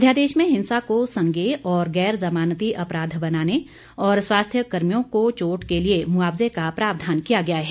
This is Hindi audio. अध्यादेश में हिंसा को संज्ञेय और गैर जमानती अपराध बनाने और स्वास्थ्य कर्मियों को चोट के लिए मुआवजे का प्रावधान किया गया है